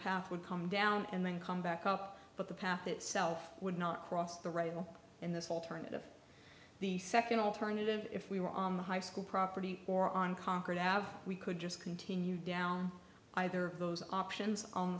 path would come down and then come back up but the path itself would not cross the rail in this alternative the second alternative if we were on the high school property or on conquered have we could just continue down either of those options on